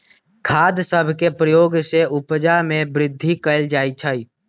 खाद सभके प्रयोग से उपजा में वृद्धि कएल जाइ छइ